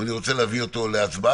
אני רוצה להביא אותו להצבעה.